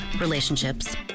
relationships